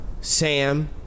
Sam